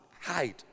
hide